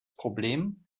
problem